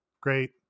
Great